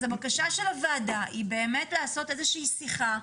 הבקשה של הוועדה היא לעשות איזושהי שיחה,